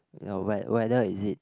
you know whe~ whether is it